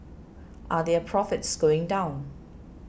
are their profits going down